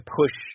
push